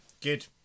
Good